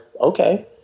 Okay